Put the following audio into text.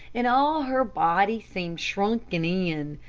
and all her body seemed shrunken in.